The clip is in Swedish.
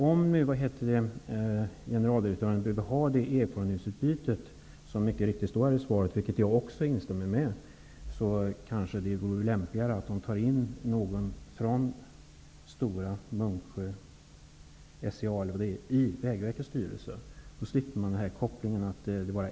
Om generaldirektören behöver ett erfarenhetsutbyte -- det står i svaret att ett sådant behövs, och det instämmer jag i -- vore det kanske lämpligare att ta in någon från Stora, Munksjö eller SCA i Vägverkets styrelse. Då skulle man slippa kopplingen i fråga.